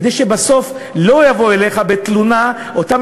כדי שבסוף לא יבואו אליך בתלונה אותם